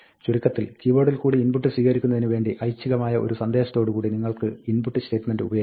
ചുരുക്കത്തിൽ കീബോർഡിൽ കൂടി ഇൻപുട്ട് സ്വീകരിക്കുന്നതിന് വേണ്ടി ഐച്ഛികമായ ഒരു സന്ദേശത്തോടുകൂടി നിങ്ങൾക്ക് input സ്റ്റേറ്റ്മെന്റ് ഉപയോഗിക്കാം